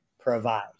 provide